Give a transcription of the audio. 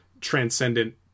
transcendent